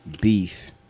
beef